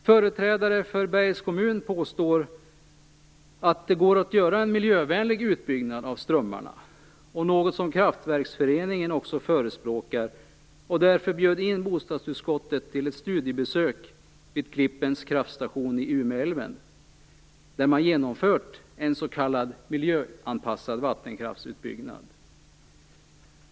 Företrädare för Bergs kommun påstår att det går att göra en miljövänlig utbyggnad av strömmarna, något som också Kraftverksföreningen förespråkar. Den bjöd därför in bostadsutskottet till ett studiebesök vid Klippens kraftstation i Umeälven, där man genomfört en s.k. miljöanpassad vattenkraftsutbyggnad.